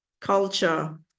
culture